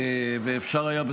ואפשר היה,